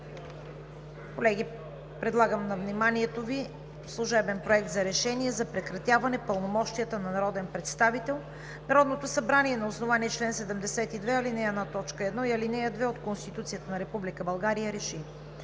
Колеги, предлагам на вниманието Ви: „Служебен проект! РЕШЕНИЕ за прекратяване пълномощията на народен представител Народното събрание, на основание чл. 72, ал. 1, т. 1 и ал. 2 от Конституцията на Република България РЕШИ: